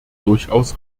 durchaus